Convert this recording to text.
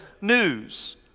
news